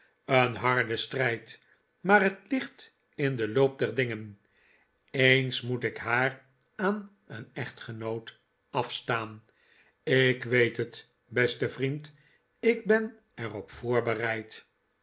een harde strijd maar het ligt in den loop der dingen eens moet ik haar aan een echtgenqot afstaan ik weet het beste vriend ik ben er op voorbereid